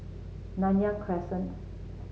Nanyang Crescent